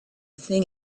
thing